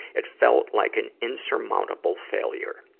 it felt like an insurmountable failure.